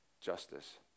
justice